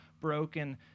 broken